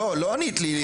לא, לא ענית לי.